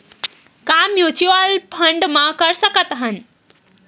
का mutual fund म कर सकत हन?